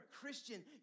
Christian